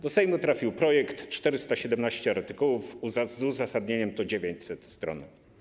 Do Sejmu trafił projekt, 417 artykułów, wraz z uzasadnieniem to 900 stron.